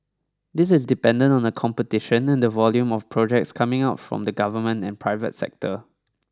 this is dependent on the competition and the volume of projects coming out from the government and private sector